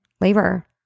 labor